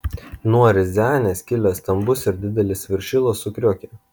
nuo riazanės kilęs stambus ir didelis viršila sukriokė